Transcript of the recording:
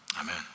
amen